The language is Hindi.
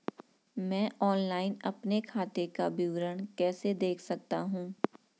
मैं ऑनलाइन अपने खाते का विवरण कैसे देख सकता हूँ?